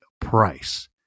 price